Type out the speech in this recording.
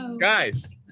guys